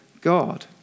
God